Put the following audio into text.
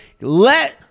Let